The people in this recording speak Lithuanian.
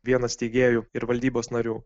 vienas steigėjų ir valdybos narių